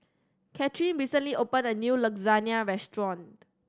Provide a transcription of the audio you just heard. Katherine recently opened a new Lasagna Restaurant